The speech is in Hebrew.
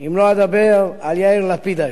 אם לא אדבר על יאיר לפיד היום,